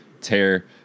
tear